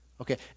Okay